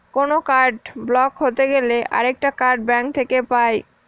কোনো card block হতে গেলে আরেকটা কার্ড ব্যাঙ্ক থেকে পাই